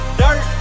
dirt